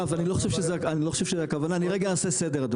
מרב אני לא חושב שזו הכוונה, אני לרגע אעשה סדר.